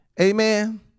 Amen